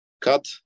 cut